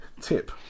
tip